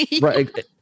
Right